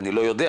אני לא יודע,